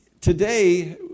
Today